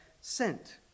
sent